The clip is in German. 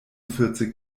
vierzig